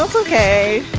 okay.